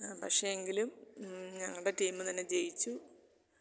പക്ഷേ എങ്കിലും ഞങ്ങളുടെ ടീം തന്നെ ജയിച്ചു